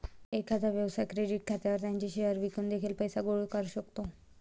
एखादा व्यवसाय क्रेडिट खात्यावर त्याचे शेअर्स विकून देखील पैसे गोळा करू शकतो